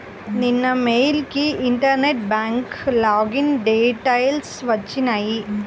నిన్న మెయిల్ కి internet bank login details వచ్చినియ్యి